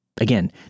Again